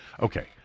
Okay